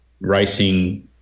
racing